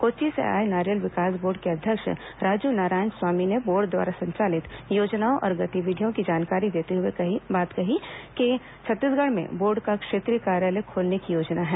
कोच्चि से आए नारियल विकास बोर्ड के अध्यक्ष राजू नारायण स्वामी ने बोर्ड द्वारा संचालित योजनाओं और गतिविधियों की जानकारी देते हए कहा कि छत्तीसगढ़ में बोर्ड का क्षेत्रीय कार्यालय खोलने की योजना है